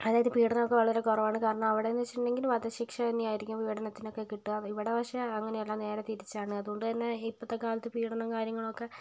അതായത് പീഡനം ഒക്കെ വളരെ കുറവാണ് കാരണം അവിടെ എന്ന് വെച്ചിട്ടുണ്ടെങ്കിൽ വധ ശിക്ഷ തന്നെ ആയിരിക്കും പീഡനത്തിനൊക്കെ കിട്ടുക ഇവിടെ പക്ഷെ അങ്ങനെ അല്ല നേരേ തിരിച്ചാണ് അതുകൊണ്ട് തന്നെ ഇപ്പോഴത്തെ കാലത്ത് പീഡനം കാര്യങ്ങളൊക്കെ